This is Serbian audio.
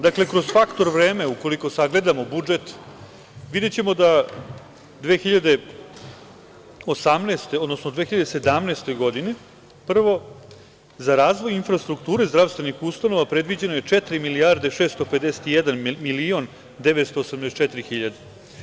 Dakle, kroz faktor vreme, ukoliko sagledamo budžet, videćemo da 2018, odnosno 2107. godini, prvo za razvoj infrastrukture zdravstvenih ustanova predviđeno je četiri milijarde 651 milion 984 hiljade.